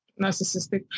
narcissistic